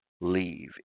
leave